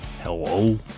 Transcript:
hello